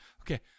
Okay